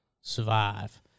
Survive